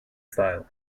style